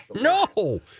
No